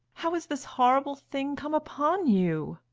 how has this horrible thing come upon you?